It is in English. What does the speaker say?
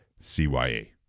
CYA